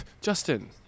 Justin